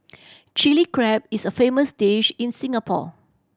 Chilli Crab is a famous dish in Singapore